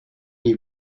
you